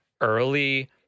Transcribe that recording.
early